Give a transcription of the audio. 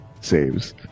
Saves